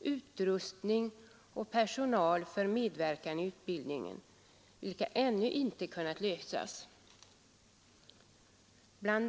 utrustning och personal för medverkan i utbildningen, vilka ännu inte kunnat lösas. Bl.